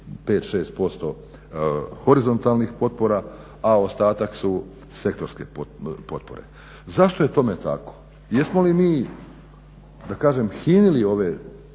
26% horizontalnih potpora, a ostatak su sektorske potpore. Zašto je tome tako, jesmo li mi da kažem hinili ove